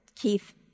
Keith